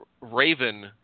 Raven